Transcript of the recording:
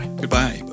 Goodbye